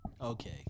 Okay